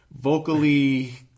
vocally